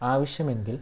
ആവശ്യമെങ്കിൽ